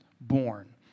born